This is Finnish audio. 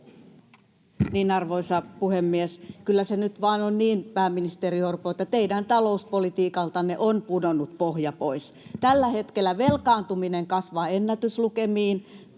vaan on niin, pääministeri Orpo, että teidän talouspolitiikaltanne on pudonnut pohja pois. Tällä hetkellä velkaantuminen kasvaa ennätyslukemiin,